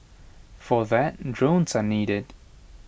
for that drones are needed